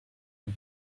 and